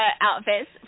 outfits